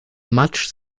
much